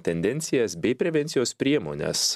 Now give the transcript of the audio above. tendencijas bei prevencijos priemones